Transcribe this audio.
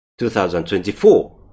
2024